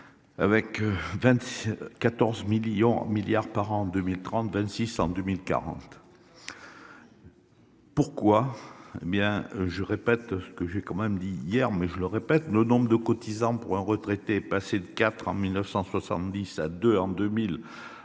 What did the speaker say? millions milliards par an en 2030, 26 en 2040. Pourquoi. Bien je répète ce que j'ai quand même dit hier mais je le répète, le nombre de cotisants pour un retraité passé de 4 en 1970 à 2 en 2001,7